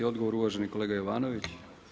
Odgovor uvaženi kolega Jovanović.